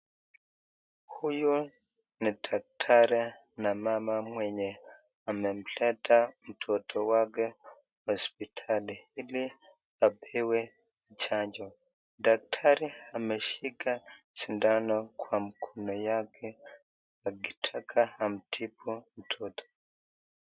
Huyu ni daktari na mama mwenye amemleta mtoto wake hosiptali ili apewe chanjo, daktari ameshika sindano kwa mkono yake akitaka amtibu mtoto.